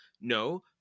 No